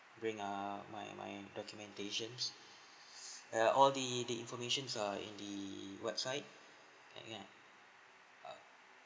bring err my my documentations uh all the the information are in the website uh ya uh